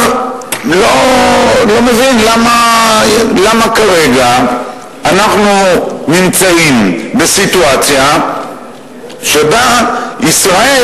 אני לא מבין למה כרגע אנחנו נמצאים בסיטואציה שבה ישראל